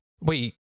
wait